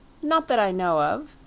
not that i know of,